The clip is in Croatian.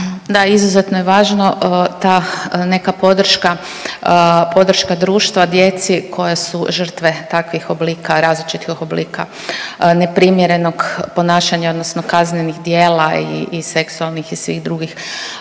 izuzetno je važna ta neka podrška, podrška društva djeci koja su žrtve takvih oblika, različitih oblika neprimjerenog ponašanja odnosno kaznenih djela i seksualnih i svih drugih